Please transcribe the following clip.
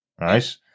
right